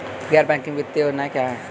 गैर बैंकिंग संपत्तियों से क्या आशय है?